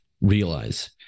realize